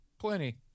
plenty